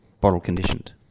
bottle-conditioned